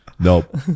Nope